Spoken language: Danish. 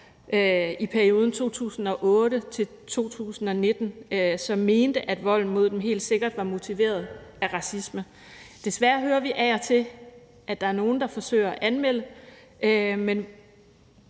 i perioden 2008-2019, som mente, at volden mod dem helt sikkert var motiveret af racisme. Desværre hører vi af og til, at der er nogle, der forsøger at anmelde, men